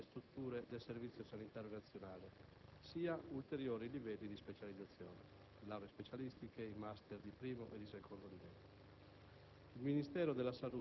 da svolgersi presso le strutture del Servizio sanitario nazionale, sia ulteriori livelli di specializzazione (lauree specialistiche, *master* di primo e secondo